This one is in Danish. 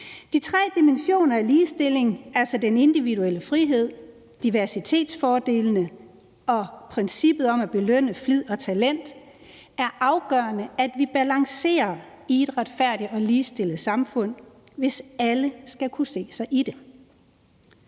De tre dimensioner i ligestillingen, altså den individuelle frihed, diversitetsfordelene og princippet om at belønne flid og talent, er det afgørende at vi balancerer i et retfærdigt og ligestillet samfund, hvis alle skal kunne se sig selv